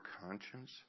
conscience